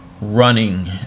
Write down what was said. running